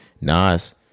Nas